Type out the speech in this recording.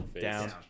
Down